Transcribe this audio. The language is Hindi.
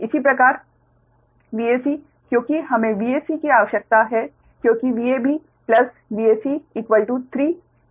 इसी प्रकार Vac क्योंकि हमें Vac की आवश्यकता है क्योंकि VabVac3 Van